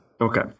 Okay